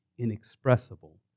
inexpressible